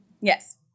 Yes